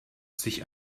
sich